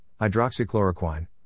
hydroxychloroquine